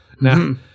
now